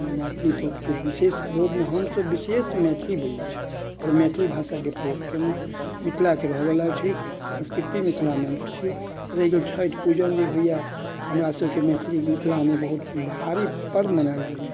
मैथिली पर्वके विशेष प्रयोग हमसभ विशेष मैथिली बजैत छी आओर मैथिली भाषाके प्रयोग कयलहुँ मिथिलाके रहऽ बला छी संस्कृति मिथिलामे हमसभ छी रहि गेल छठि पूजन जे होइया हमरा सभके मैथिलीमे मिथिलामे बहुत भारी पर्व मनायल जाइया